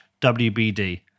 WBD